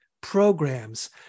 programs